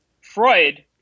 Freud